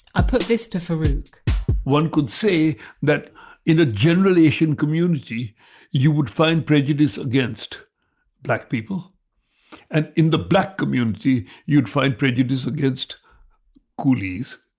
i put this to farrukh one could say that in a general asian community you would find prejudice against black people and in the black community you'd find prejudice against coolies,